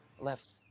Left